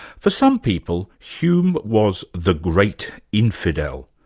for some people hume was the great infidel.